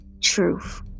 truth